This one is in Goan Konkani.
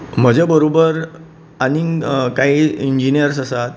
म्हजे बरोबर आनीक कांय इंजिनियर्स आसात